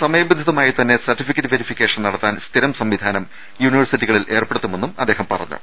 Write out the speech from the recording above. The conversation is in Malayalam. സമയബന്ധിതമായിത്തന്നെ സർട്ടിഫിക്കറ്റ് വെരിഫിക്കേഷൻ നടത്താൻ സ്ഥിരം സംവിധാനം യൂണിവേഴ്സിറ്റികളിൽ ഏർപ്പെടുത്തുമെന്നും അദ്ദേഹം പറഞ്ഞു